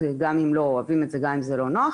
גם אם לא אוהבים את זה וגם אם זה לא נוח.